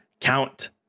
count